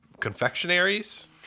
confectionaries